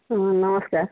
ହଁ ନମସ୍କାର୍